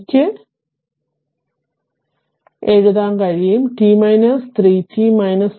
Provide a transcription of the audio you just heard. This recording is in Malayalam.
ഈ t ക്ക് ഇത് എഴുതാൻ കഴിയും t 3 t 3 3 ശരി